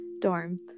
dorm